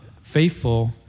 faithful